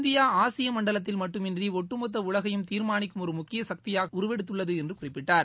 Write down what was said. India ஆசிய மண்டலத்தில் மட்டுமின்றி ஒட்டு மொத்த உலகையும் தீர்மானிக்கும் ஒரு முக்கிய சக்தியாக உருவெடுததுள்ளது என்று குறிப்பிட்டார்